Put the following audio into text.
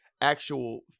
actual